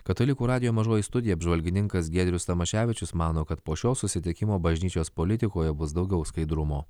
katalikų radijo mažoji studija apžvalgininkas giedrius tamaševičius mano kad po šio susitikimo bažnyčios politikoje bus daugiau skaidrumo